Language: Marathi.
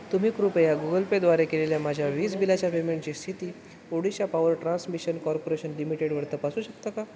तुम्ही कृपया गुगल पेद्वारे केलेल्या माझ्या वीज बिलाच्या पेमेंटची स्थिती ओडिशा पावर ट्रान्समिशन कॉर्पोरेशन लिमिटेडवर तपासू शकता का